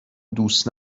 دوست